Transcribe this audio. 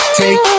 take